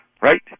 right